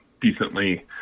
decently